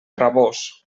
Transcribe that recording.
rabós